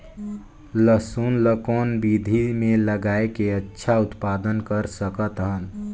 लसुन ल कौन विधि मे लगाय के अच्छा उत्पादन कर सकत हन?